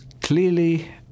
clearly